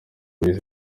miss